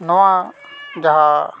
ᱱᱚᱣᱟ ᱡᱟᱦᱟᱸ